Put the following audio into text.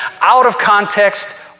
out-of-context